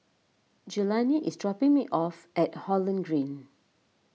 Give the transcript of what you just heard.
Jelani is dropping me off at Holland Green